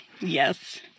Yes